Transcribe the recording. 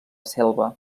selva